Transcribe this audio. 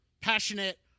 passionate